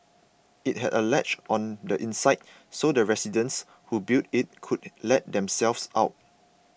it had a latch on the inside so the residents who built it could let themselves out